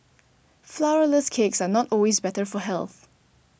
Flourless Cakes are not always better for health